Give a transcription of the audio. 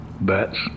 Bats